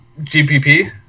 GPP